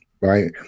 right